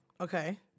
Okay